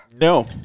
No